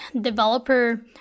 developer